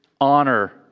honor